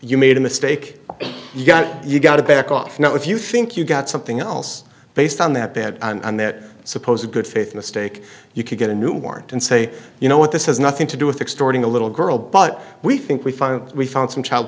you made a mistake you got you've got to back off now if you think you got something else based on that bed and that supposed good faith mistake you could get a new warrant and say you know what this has nothing to do with extorting the little girl but we think we finally we found some child